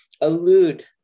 allude